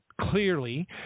clearly